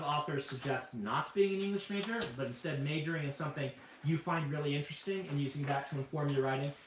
authors suggest not being an english major, but instead majoring in something you find really interesting and using that to inform your writing.